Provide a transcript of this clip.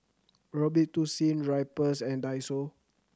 Robitussin Drypers and Daiso